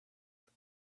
that